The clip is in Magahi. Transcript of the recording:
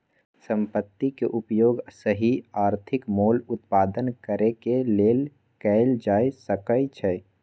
संपत्ति के उपयोग सही आर्थिक मोल उत्पन्न करेके लेल कएल जा सकइ छइ